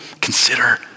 Consider